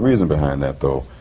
reason behind that, though.